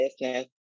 business